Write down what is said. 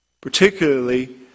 Particularly